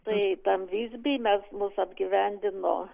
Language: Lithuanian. tai tam vizby mes mus apgyvendino